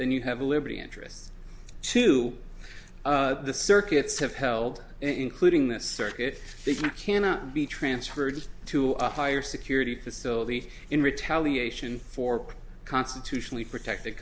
then you have the liberty interests to the circuits have held including the circuit they cannot be transferred to a higher security facility in retaliation for constitutionally protected